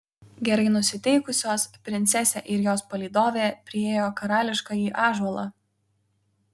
gerai nusiteikusios princesė ir jos palydovė priėjo karališkąjį ąžuolą